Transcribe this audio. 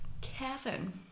Kevin